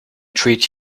treat